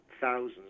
thousands